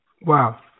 Wow